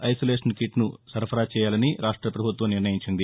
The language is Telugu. ఐసొలేషన్ కిట్ను సరఫరా చేయాలని రాష్త పభుత్వం నిర్ణయించింది